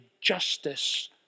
justice